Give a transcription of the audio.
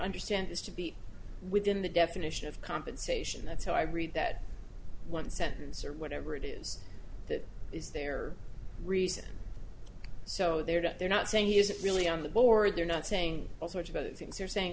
understand this to be within the definition of compensation that's how i read that one sentence or whatever it is that is their reason so they're that they're not saying he isn't really on the board they're not saying all sorts of things you're saying